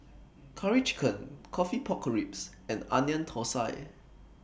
Curry Chicken Coffee Pork Ribs and Onion Thosai